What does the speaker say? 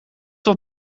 wat